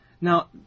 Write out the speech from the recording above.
Now